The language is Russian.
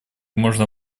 можно